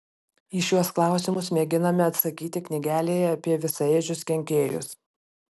į šiuos klausimus mėginame atsakyti knygelėje apie visaėdžius kenkėjus